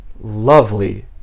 lovely